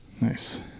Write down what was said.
Nice